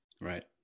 Right